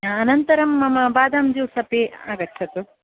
अनन्तरं मम बादाम् ज्यूस् अपि आगच्छतु